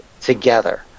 together